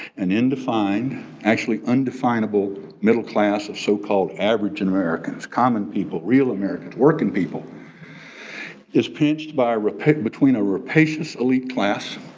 an undefine, actually undefinable middle class of so-called average and americans, common people, real american, working people is pinched by between a rapacious elite class